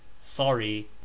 sorry